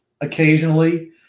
occasionally